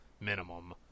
minimum